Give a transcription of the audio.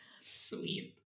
Sweet